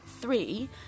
three